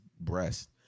breast